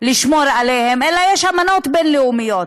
לשמור עליהן, אלא יש אמנות בין-לאומיות,